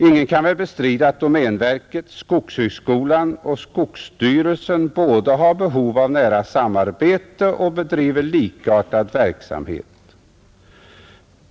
Ingen kan väl bestrida att domänverket, skogshögskolan och skogsstyrelsen har behov av nära samarbete och bedriver likartad verksamhet.